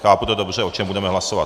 Chápu to dobře, o čem budeme hlasovat?